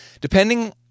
Depending